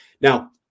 Now